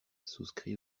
souscrit